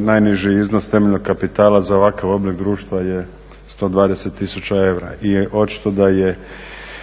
najniži iznos temeljnog kapitala za ovakav oblik društva je 120 tisuća eura. I očito da je